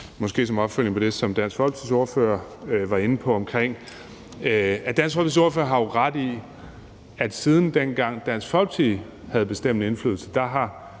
også som opfølgning på det, som Dansk Folkepartis ordfører var inde på. Dansk Folkepartis ordfører har jo ret i, at siden dengang Dansk Folkeparti havde bestemmende indflydelse, har